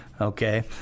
Okay